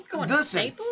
listen